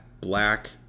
black